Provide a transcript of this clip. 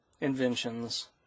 inventions